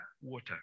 water